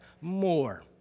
more